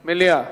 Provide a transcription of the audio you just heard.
מליאה.